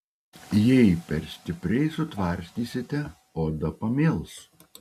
jei per stipriai sutvarstysite oda pamėls